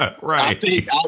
Right